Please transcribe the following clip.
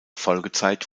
folgezeit